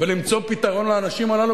ולמצוא פתרון לאנשים הללו,